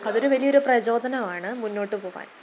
അതൊരു വലിയൊരു പ്രചോദനമാണ് മുന്നോട്ടു പോകാൻ